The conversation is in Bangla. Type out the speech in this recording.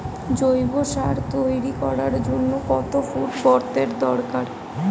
জৈব সার তৈরি করার জন্য কত ফুট গর্তের দরকার?